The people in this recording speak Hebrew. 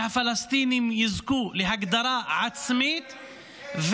שהפלסטינים יזכו להגדרה עצמית,